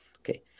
Okay